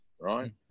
right